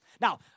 Now